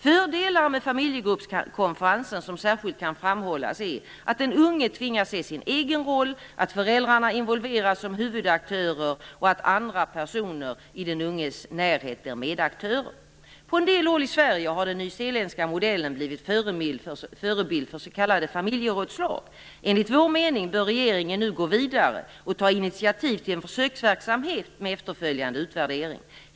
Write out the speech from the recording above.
Fördelar med familjegruppskonferensen som särskilt kan framhållas är att den unge tvingas se sin egen roll, att föräldrarna involveras som huvudaktörer och att andra personer i den unges närhet blir medaktörer. På en del håll i Sverige har den nyzeeländska modellen blivit förebild för s.k. familjerådslag. Enligt vår mening bör regeringen nu gå vidare och ta initiativ till en försöksverksamhet med efterföljande utvärdering.